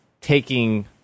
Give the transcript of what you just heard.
taking